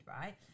right